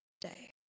day